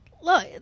Look